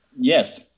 Yes